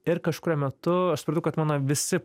ir kažkuriuo metu aš supratau kad mano visi